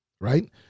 Right